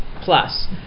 plus